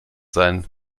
sein